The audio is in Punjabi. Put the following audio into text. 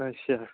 ਅੱਛਾ